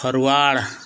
ସାତ